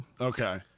Okay